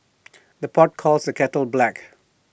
the pot calls the kettle black